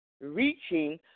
reaching